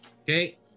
okay